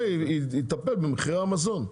זה יטפל במחירי המזון.